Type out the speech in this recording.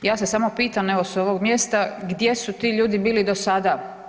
Ja se samo pitam evo s ovog mjesta, gdje su ti ljudi bili do sada?